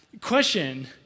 question